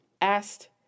asked